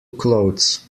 clothes